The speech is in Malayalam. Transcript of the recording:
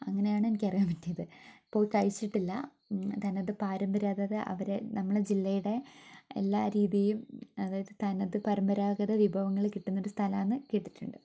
അങ്ങനെയാണെനിക്ക് അറിയാൻ പറ്റിയത് പോയി കഴിച്ചിട്ടില്ല തനത് പാരമ്പര്യം അതായത് അവരെ നമ്മളെ ജില്ലയുടെ എല്ലാ രീതിയും അതായത് തനത് പരമ്പരാഗത വിഭവങ്ങൾ കിട്ടുന്ന ഒരു സ്ഥലമാണെന്ന് കേട്ടിട്ടുണ്ട്